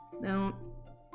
Now